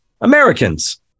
Americans